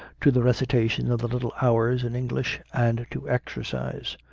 to the recitation of the little hours, in english, and to exercise.